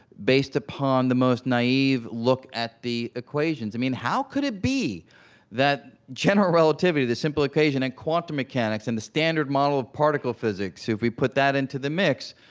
based upon the most naive look at the equations. i mean, how could it be that general relativity, the simple equation in quantum mechanics and the standard standard model of particle physics if we put that into the mix,